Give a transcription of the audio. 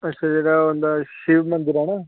अच्छा जेह्ड़ा मतलब शिव मंदर ऐ न